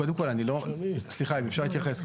קודם כל, סליחה, אם אפשר להתייחס.